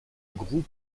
groupe